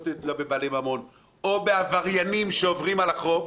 תיתלה בבעלי ממון או בעבריינים שעוברים על החוק,